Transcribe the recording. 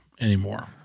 anymore